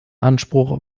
anspruch